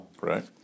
right